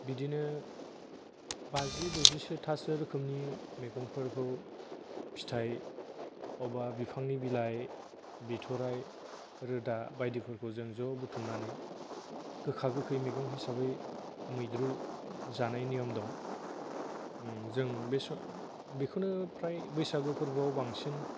बिदिनो बाजि द'जिसोतासो रोखोमनि मैगंफोरखौ फिथाइ अबा बिफांनि बिलाइ बिथ'राइ रोदा बायदिफोरखौ जों ज' बुथुमनानै गोखा गोखै मैगं हिसाबै मैद्रु जानाय नियम दं जों बे स बेखौनो प्राय बैसागु फोरबोआव बांसिन